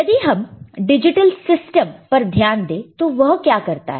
यदि हम digital system पर ध्यान दें तो वह क्या करते हैं